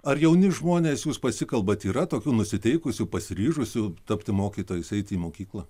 ar jauni žmonės jūs pasikalbat yra tokių nusiteikusių pasiryžusių tapti mokytojais eiti į mokyklą